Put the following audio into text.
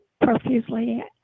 profusely